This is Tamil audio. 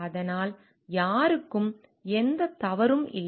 அதனால் யாருக்கும் யாருக்கும் எந்தத் தவறும் இல்லை